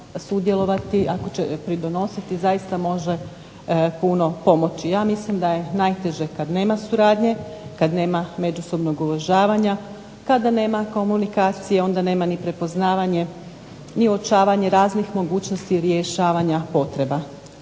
sudjelovati, ako će pridonositi zaista može puno pomoći. Ja mislim da je najteže kada nema suradnje, kada nema međusobnom uvažavanja, kada nema komunikacije onda nema ni prepoznavanja ni uočavanja raznih mogućnosti rješavanja potreba.